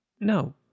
No